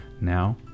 now